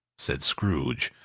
said scrooge,